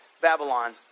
babylon